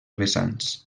vessants